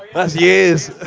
well. that's years.